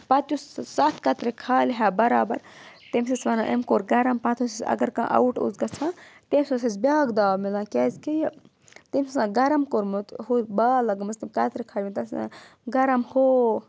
پَتہٕ یُس سَتھ کَترِ کھالہِ ہا بَرابَر تٔمِس ٲسۍ وَنان أمۍ کوٚر گَرَم پَتہٕ ٲسِس اَگر کانٛہہ آوُٹ اوس گژھان تٔمِس اوس اَسۍ بِیٛاکھ داو مِلان کیازکہِ تٔمۍ اوس آسان گَرَم کوٚرمُت ہُہ بال لَگمٕژ تِم کَترِ کھاجِمَتۍ تَتھ ٲسۍ وَنان گَرَم ہو